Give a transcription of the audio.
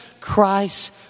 Christ